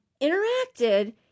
interacted